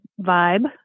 vibe